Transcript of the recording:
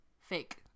fake